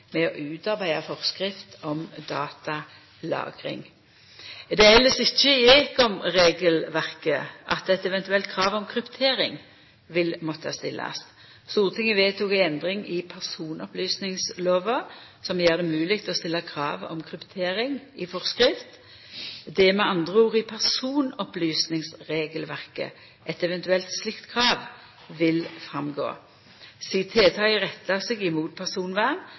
med å utarbeida forskrift om datalagring. Det er elles ikkje i ekomregelverket at eit eventuelt krav om kryptering vil måtta stillast. Stortinget vedtok ei endring i personopplysingslova som gjer det mogleg å stilla krav om kryptering i forskrift. Det er med andre ord i personopplysingsregelverket eit eventuelt slikt krav vil visa seg. Sidan tiltaket rettar seg mot personvern,